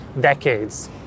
decades